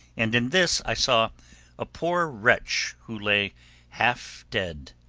and in this i saw a poor wretch who lay half dead.